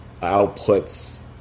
outputs